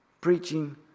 preaching